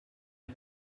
les